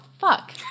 fuck